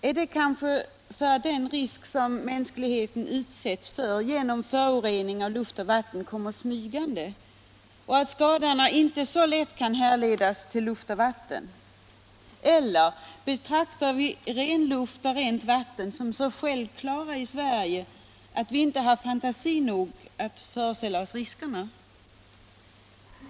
Är det kanske därför att den risk mänskligheten utsätts för genom förorening av luft och vatten kommer smygande och att skadorna inte så lätt kan härledas till luft och vatten? Eller betraktar vi ren luft och rent vatten som något så självklart i Sverige att vi inte har fantasi nog att föreställa oss riskerna?